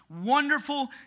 wonderful